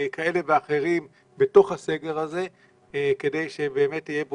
כאלה ואחרים בתוך הסגר הזה כדי שבאמת יהיה פה